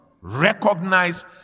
recognize